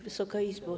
Wysoka Izbo!